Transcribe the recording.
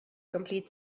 complete